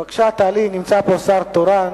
בבקשה, נמצא פה שר תורן.